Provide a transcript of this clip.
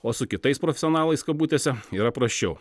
o su kitais profesionalais kabutėse yra prasčiau